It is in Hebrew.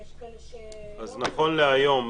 אז נכון להיום,